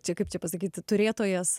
čia kaip čia pasakyti turėtojas